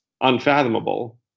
unfathomable